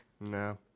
No